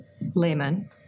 layman